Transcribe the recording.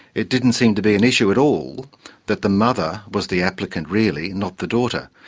it didn't seem to be an issue at all that the mother was the applicant really, not the daughter.